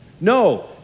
No